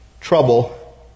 trouble